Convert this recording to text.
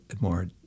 more